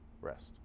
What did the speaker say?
rest